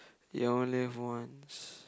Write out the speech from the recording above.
you only live once